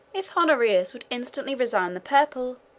if honorius would instantly resign the purple,